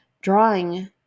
drawing